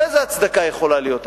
ואיזו הצדקה יכולה להיות?